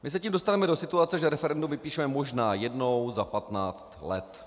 Tím se dostaneme do situace, že referendum vypíšeme možná jednou za 15 let.